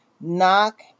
Knock